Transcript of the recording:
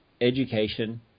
education